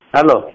Hello